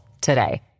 today